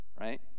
right